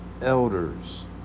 elders